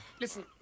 Listen